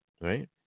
right